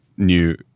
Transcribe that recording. new